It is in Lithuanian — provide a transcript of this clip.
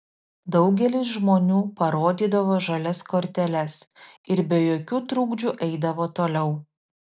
daugelis žmonių parodydavo žalias korteles ir be jokių trukdžių eidavo toliau